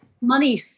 money